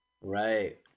right